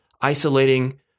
isolating